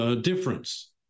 difference